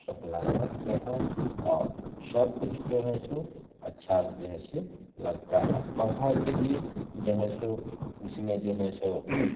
supply करते हैं और सब कुछ जो है सो अच्छा जैसे लगता है पौधा के लिए जो है सो उसमें जो है सो